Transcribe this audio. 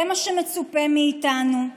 זה מה שמצופה מאיתנו,